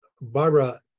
Barbara